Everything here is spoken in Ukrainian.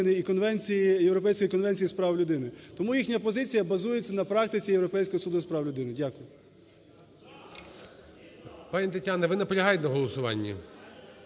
Європейської конвенції з прав людини. Тому їхня позиція базується на практиці Європейського суду з прав людини. Дякую.